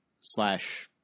slash